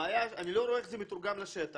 הבעיה שאני לא רואה איך זה מתורגם לשטח